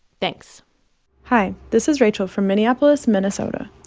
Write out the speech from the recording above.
thanks hi. this is rachel from minneapolis, minn. so but